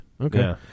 okay